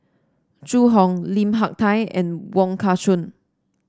Zhu Hong Lim Hak Tai and Wong Kah Chun